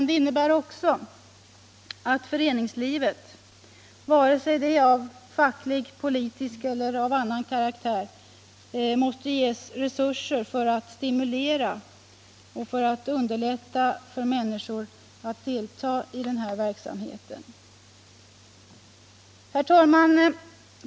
Det innebär också att föreningslivet, vare sig det är fackligt, politiskt eller av annan karaktär, måste ges resurser för att stimulera människorna och underlätta för dem att delta i denna verksamhet. Herr talman!